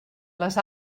les